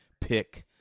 pick